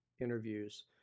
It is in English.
interviews